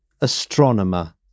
astronomer